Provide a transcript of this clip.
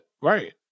Right